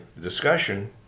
discussion